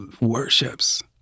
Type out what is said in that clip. worships